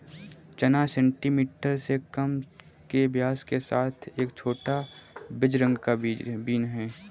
चना सेंटीमीटर से कम के व्यास के साथ एक छोटा, बेज रंग का बीन है